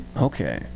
Okay